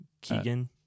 keegan